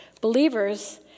Believers